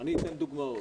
ואני אתן דוגמאות.